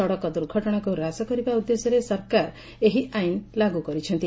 ସଡ଼କ ଦୁର୍ଘଟଶାକୁ ହ୍ରାସ କରିବା ଉଦ୍ଦେଶ୍ୟରେ ସରକାର ଏହି ଆଇନ ଲାଗୁ କରିଛନ୍ତି